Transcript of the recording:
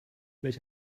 welch